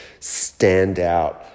standout